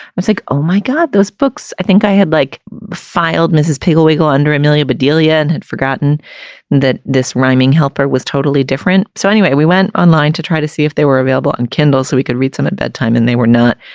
was like oh my god those books. i think i had like failed mrs. people legal under amelia. but delia and had forgotten that this rhyming helper was totally different. so anyway we went online to try to see if they were available on kindle so we could read them at bedtime and they were not.